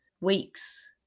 weeks